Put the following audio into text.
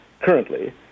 currently